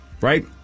Right